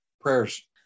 prayers